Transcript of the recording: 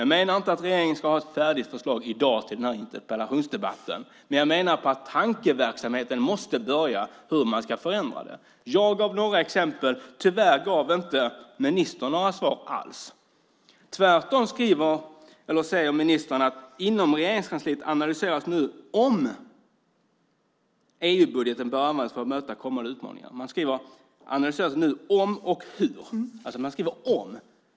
Jag menar inte att regeringen ska ha ett färdigt förslag i dag till den här interpellationsdebatten, men jag menar att tankeverksamheten måste börja om hur man ska förändra detta. Jag gav några exempel. Tyvärr gav inte ministern några svar alls. Tvärtom säger ministern: "Inom Regeringskansliet analyseras nu om och hur EU-budgeten bör användas för att möta kommande utmaningar på miljö och klimatområdet." Man säger alltså "om".